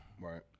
Right